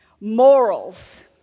morals